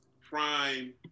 Prime